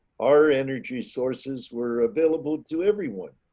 our energy sources were available to everyone.